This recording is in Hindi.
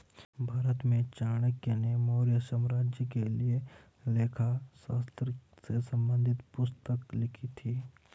भारत में चाणक्य ने मौर्य साम्राज्य के लिए लेखा शास्त्र से संबंधित पुस्तक लिखी थी